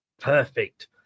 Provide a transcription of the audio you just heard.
Perfect